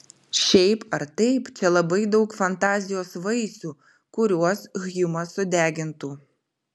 šiaip ar taip čia labai daug fantazijos vaisių kuriuos hjumas sudegintų